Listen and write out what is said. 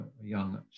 young